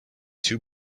two